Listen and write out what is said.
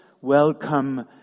welcome